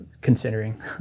considering